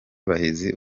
bahizi